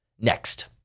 next